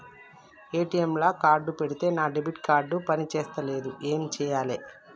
ATM లా card పెడితే నా డెబిట్ కార్డ్ పని చేస్తలేదు ఏం చేయాలే?